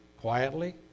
quietly